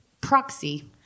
proxy